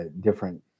different